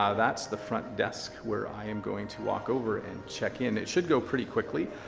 ah that's the front desk where i am going to walk over and check in. it should go pretty quickly.